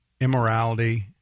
immorality